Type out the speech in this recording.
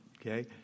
okay